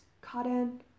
cotton